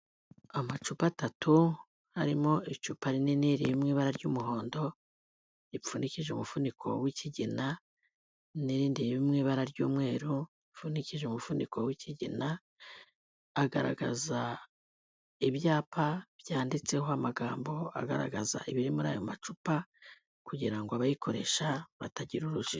Amacupa atatu arimo icupa rinini riri mu ibara ry'umuhondo ripfundikije umufuniko w'ikigina n'irindi bimwe ibara ry'umweru upfunikije umuvuduko w'ikigina, agaragaza ibyapa byanditseho amagambo agaragaza ibiri muri ayo macupa kugira ngo abayikoresha batagira urujijo.